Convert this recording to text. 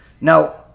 now